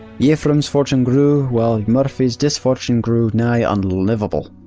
yhprum's fortune grew while murphy's disfortune grew nigh unlivable.